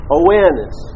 awareness